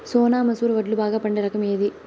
సోనా మసూర వడ్లు బాగా పండే రకం ఏది